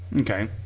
Okay